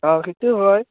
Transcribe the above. অঁ সেইটো হয়